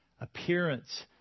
Appearance